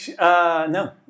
No